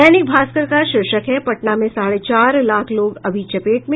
दैनिक भास्कर का शीर्षक है पटना में साढ़े चार लाख लोग अभी चपेट में